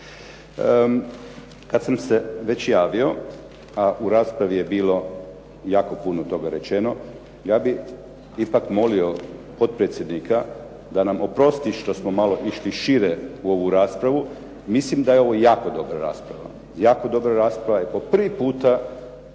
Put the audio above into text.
Kad sam se već javio, a u raspravi je bilo jako puno toga rečeno, ja bih ipak molio potpredsjednika da nam oprosti što smo mali išli šire u ovu raspravu. Mislim da je ovo jako dobra rasprava, jako dobra rasprava i po prvi puta